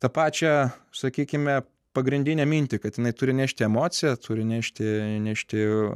tą pačią sakykime pagrindinę mintį kad jinai turi nešti emociją turi nešti nešti